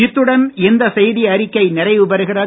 இத்துடன் இந்த செய்திஅறிக்கை நிறைவுபெறுகிறது